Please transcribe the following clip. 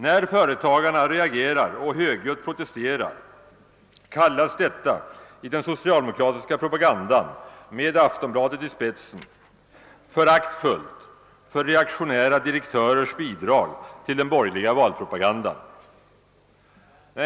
När företagarna reagerar och högljutt protesterar kallas detta i den socialdemokratiska propagandan med Aftonbladet i spetsen föraktfullt för reaktionära direktörers bidrag till den borgerliga valpropagandan.